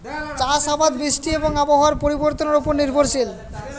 চাষ আবাদ বৃষ্টি এবং আবহাওয়ার পরিবর্তনের উপর নির্ভরশীল